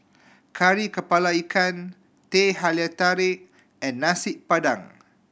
Kari Kepala Ikan Teh Halia Tarik and Nasi Padang